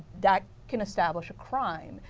that can establish crime.